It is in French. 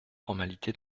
formalité